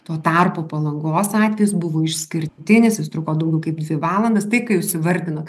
tuo tarpu palangos atvejis buvo išskirtinis jis truko daugiau kaip dvi valandas tai ką jūs įvardinot